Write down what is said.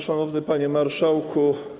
Szanowny Panie Marszałku!